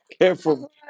careful